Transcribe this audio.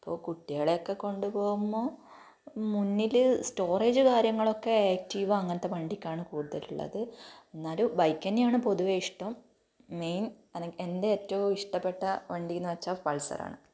അപ്പോൾ കുട്ടികളെയൊക്കെ കൊണ്ടു പോകുമ്പോൾ മുന്നിൽ സ്റ്റോറേജ് കാര്യങ്ങളൊക്കെ ആക്റ്റീവ അങ്ങനത്തെ വണ്ടിക്കാണ് കൂടുതലുള്ളത് എന്നാലും ബൈക്ക് തന്നെയാണ് പൊതുവേ ഇഷ്ടം മെയിൻ എന്ന എൻ്റെ ഏറ്റവും ഇഷ്ടപ്പെട്ട വണ്ടിയെന്ന് വെച്ചാൽ പൾസറാണ്